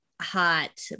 hot